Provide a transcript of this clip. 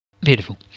Beautiful